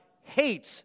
hates